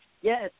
yes